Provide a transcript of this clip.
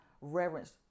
reverence